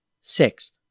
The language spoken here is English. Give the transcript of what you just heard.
six